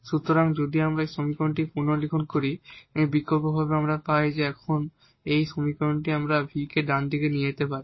সুতরাং যদি আমরা এই সমীকরণটি পুনর্লিখন করি বিকল্পভাবে পাই সুতরাং এখন এই সমীকরণটি আমরা এই v কে ডানদিকে নিয়ে যেতে পারি